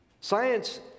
Science